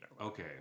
Okay